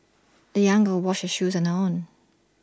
the young girl washed her shoes on her own